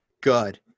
Good